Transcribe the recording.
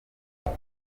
muri